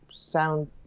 sound